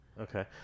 Okay